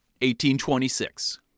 1826